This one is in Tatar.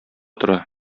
тора